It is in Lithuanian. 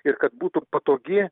ir kad būtų patogi